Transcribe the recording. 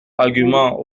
argument